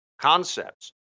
concepts